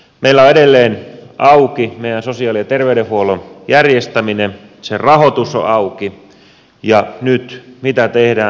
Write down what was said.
meillä on edelleen auki meidän sosiaali ja terveydenhuollon järjestäminen sen rahoitus on auki ja mitä nyt tehdään